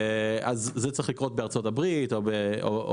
אז זה צריך לקרות בארצות הברית או באנגליה.